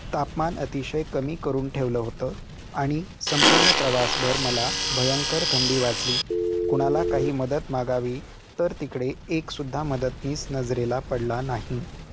तापमान अतिशय कमी करून ठेवलं होतं आणि संपूर्ण प्रवासभर मला भयंकर थंडी वाजली कुणाला काही मदत मागावी तर तिकडे एकसुद्धा मदतनीस नजरेला पडला नाही